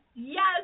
Yes